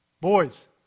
Boys